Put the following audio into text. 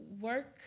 work